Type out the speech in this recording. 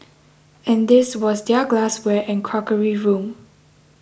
and this was their glassware and crockery room